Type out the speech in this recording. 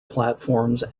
platforms